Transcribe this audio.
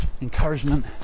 encouragement